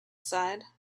side